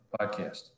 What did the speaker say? podcast